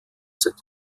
seit